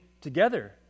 together